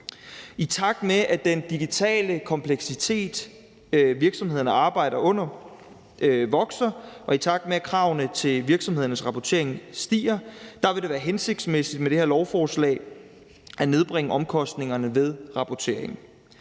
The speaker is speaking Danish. I takt med at den digitale kompleksitet, virksomhederne arbejder under, vokser, og i takt med at kravene til virksomhedernes rapportering stiger, vil det være hensigtsmæssigt med det her lovforslag at nedbringe omkostningerne ved rapporteringen.